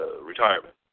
retirement